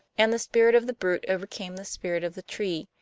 and the spirit of the brute overcame the spirit of the tree,